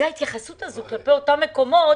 זאת ההתייחסות הזאת כלפי אותם מקומות